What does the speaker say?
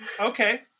okay